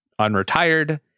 unretired